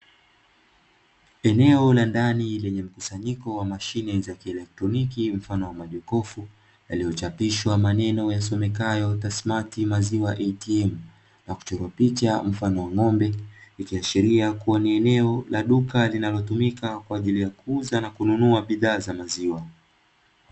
Eneo la ndani yenye kusanyiko wa mashine za kielektroniki mfano wa majokofu yaliyochapishwa maneno yasomekayo "Tassmat maziwa atm", na kuchorwa picha mfano wa ng'ombe kiashiria kuwa ni eneo la duka linalotumika kwa ajili ya kuuza na kununua bidhaa za maziwa.